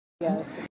Yes